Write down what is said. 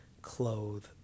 Clothe